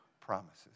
promises